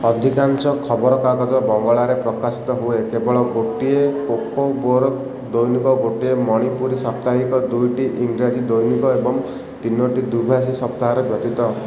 ଅଧିକାଂଶ ଖବରକାଗଜ ବଙ୍ଗଳାରେ ପ୍ରକାଶିତ ହୁଏ କେବଳ ଗୋଟିଏ କୋକବୋରୋକ୍ ଦୈନିକ ଗୋଟିଏ ମଣିପୁରୀ ସାପ୍ତାହିକ ଦୁଇଟି ଇଂରାଜୀ ଦୈନିକ ଏବଂ ତିନୋଟି ଦ୍ୱିଭାଷୀ ସପ୍ତାହର ବ୍ୟତୀତ